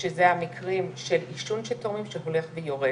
אז אנחנו כבר מגיעים ללמעלה מ-2/3 ב- 2018,